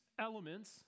elements